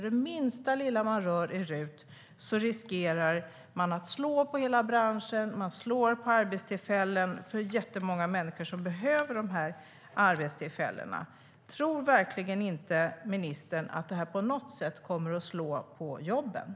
Det minsta lilla som man rör i RUT riskerar att slå mot hela branschen, mot arbetstillfällen för många människor som behöver just dessa arbetstillfällen. Tror ministern verkligen inte att det på något sätt kommer att slå mot jobben?